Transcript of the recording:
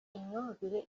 imyumvire